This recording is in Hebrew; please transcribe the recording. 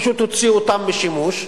פשוט הוציאו אותם משימוש,